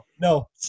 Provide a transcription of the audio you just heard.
no